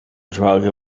drug